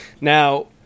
now